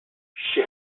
she